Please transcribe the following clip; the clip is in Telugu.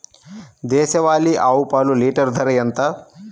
దేశవాలీ ఆవు పాలు లీటరు ధర ఎంత?